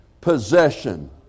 possession